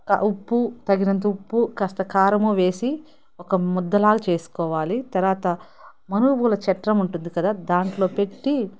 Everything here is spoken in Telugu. ఉప్పు తగినంత ఉప్పు కాస్త కారము వేసి ఒక ముద్దలాగా చేసుకోవాలి తర్వాత మనువుల చట్రం ఉంటుంది కదా దాంట్లో పెట్టి